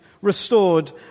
restored